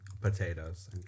Potatoes